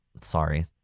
sorry